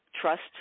trust